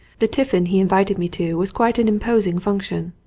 the tiffin he invited me to was quite an impos ing function.